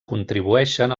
contribueixen